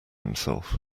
himself